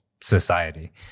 society